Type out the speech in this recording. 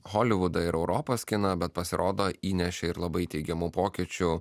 holivudą ir europos kiną bet pasirodo įnešė ir labai teigiamų pokyčių